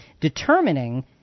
determining